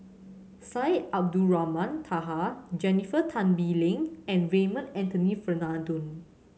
Syed Abdulrahman Taha Jennifer Tan Bee Leng and Raymond Anthony Fernando